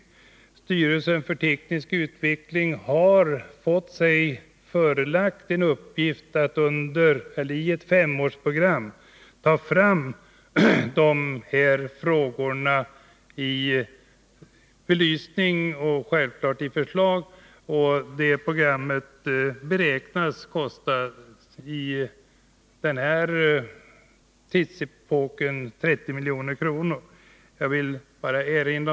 Jag vill bara erinra om att Styrelsen för teknisk utveckling har fått i uppgift att i ett femårsprogram belysa och lägga fram förslag i dessa frågor och att det programmet beräknas komma att kosta 30 milj.kr. under denna tidsperiod.